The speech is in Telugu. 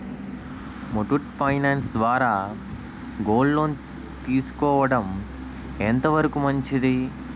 ముత్తూట్ ఫైనాన్స్ ద్వారా గోల్డ్ లోన్ తీసుకోవడం ఎంత వరకు మంచిది?